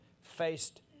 faced